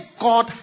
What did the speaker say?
God